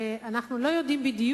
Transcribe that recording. אני חייבת לומר שאנחנו לא יודעים בדיוק